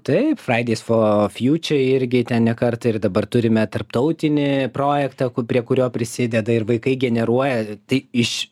taip fraideis fo fiučer irgi ten ne kartą ir dabar turime tarptautinį projektą prie kurio prisideda ir vaikai generuoja tai iš